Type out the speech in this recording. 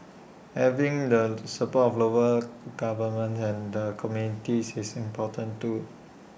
having the support of local governments and the communities is important too